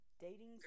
dating